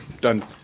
done